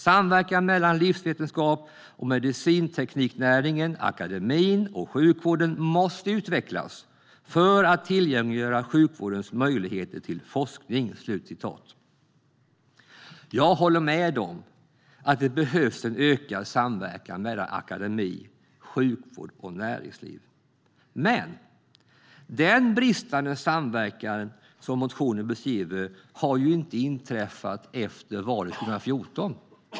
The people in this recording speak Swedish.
Samverkan mellan livsvetenskaps och medicintekniknäringen, akademin och sjukvården måste utvecklas för att tillgängliggöra sjukvårdens möjligheter för forskningen." Jag håller med om att det behövs en ökad samverkan mellan akademi, sjukvård och näringsliv. Men den bristande samverkan som motionen beskriver har ju inte inträffat efter valet 2014.